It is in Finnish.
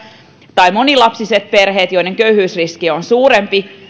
tai monilapsiset perheet joiden köyhyysriski on suurempi